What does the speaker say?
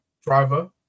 driver